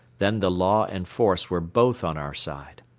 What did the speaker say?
then the law and force were both on our side.